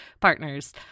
partners